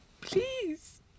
Please